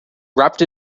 wrapped